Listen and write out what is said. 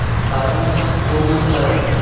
পালংশাক কোন মাসে লাগাব?